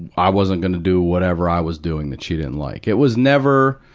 i wasn't going to do whatever i was doing, that she didn't like. it was never